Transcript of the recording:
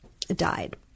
died